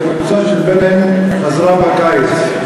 והקבוצה של בירעם חזרה בקיץ,